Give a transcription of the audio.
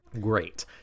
Great